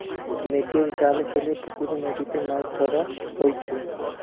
নেটের জাল ফেলে পুকরে, নদীতে মাছ ধরা হয়ঢু